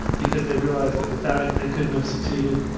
because they realized that without it, they couldn't have succeeded.